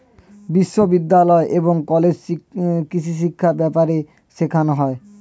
বিশ্ববিদ্যালয় এবং কলেজে কৃষিশিক্ষা ব্যাপারে শেখানো হয়